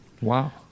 Wow